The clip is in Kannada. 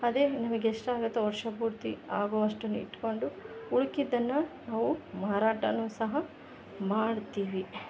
ಅದೇ ನಮಗೆ ಎಷ್ಟಾಗುತ್ತೋ ವರ್ಷ ಪೂರ್ತಿ ಆಗೋವಷ್ಟನ್ನು ಇಟ್ಕೊಂಡು ಉಳ್ದಿದನ್ನ ನಾವು ಮಾರಾಟ ಸಹ ಮಾಡ್ತೀವಿ